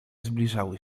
zbliżały